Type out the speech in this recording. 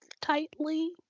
tightly